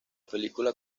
película